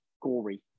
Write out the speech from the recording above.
gory